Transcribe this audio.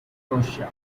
croatia